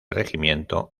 regimiento